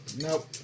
nope